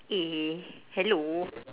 eh hello